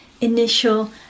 initial